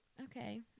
okay